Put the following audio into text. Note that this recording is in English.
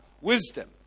Wisdom